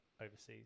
overseas